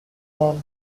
all